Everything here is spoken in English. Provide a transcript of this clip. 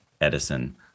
Edison